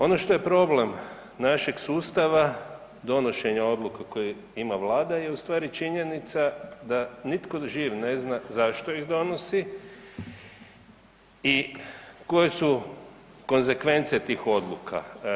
Ono što je problem našeg sustava donošenja odluka koji ima Vlada je ustvari činjenica da nitko živ ne zna zašto ih donosi i koje su konzekvence tih odluka.